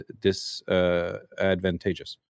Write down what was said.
disadvantageous